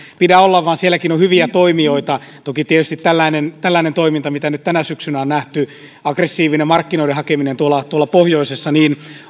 pidä olla vaan sielläkin on hyviä toimijoita toki tietysti tällainen tällainen toiminta mitä nyt tänä syksynä on nähty aggressiivinen markkinoiden hakeminen tuolla tuolla pohjoisessa niin